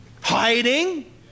hiding